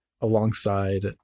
alongside